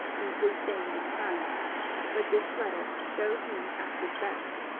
deeply stained with crime but this letter showed him at his best.